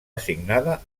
assignada